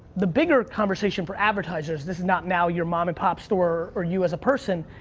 the bigger conversation for advertisers, this is not now your mom and pop store or you as a person,